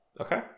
okay